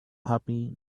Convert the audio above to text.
happy